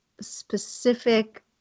specific